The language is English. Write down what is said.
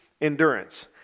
endurance